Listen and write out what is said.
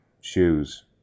shoes